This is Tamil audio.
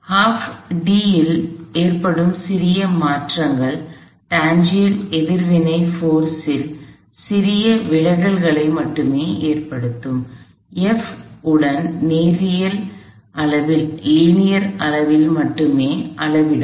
எனவே d இல் அந்த நிலை A அல்லது அந்த நிலையில் இருந்து விலகி d இல் ஏற்படும் சிறிய மாற்றங்கள் டான்ஜென்ஷியல் எதிர்வினை சக்தியில் சிறிய விலகல்களை மட்டுமே ஏற்படுத்தும் F உடன் நேரியல் அளவில் மட்டுமே அளவிடும்